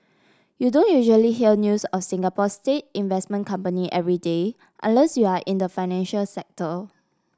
you don't usually hear news of Singapore's state investment company every day unless you're in the financial sector